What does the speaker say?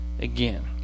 again